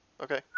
Okay